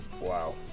Wow